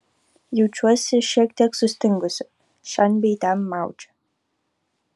jaučiuosi šiek tiek sustingusi šen bei ten maudžia